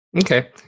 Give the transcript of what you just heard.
Okay